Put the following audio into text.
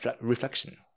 reflection